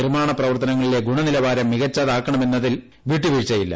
നിർമാണ പ്രവർത്തനങ്ങളിലെ ഗുണനിലവാരം മികച്ചതാക്കണമെന്നതിൽ വിട്ടുവീഴ്ചയില്ല